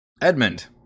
Edmund